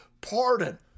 pardon